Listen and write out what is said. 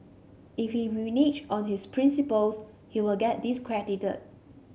if he reneges on his principles he will get discredited